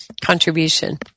contribution